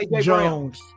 jones